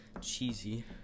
cheesy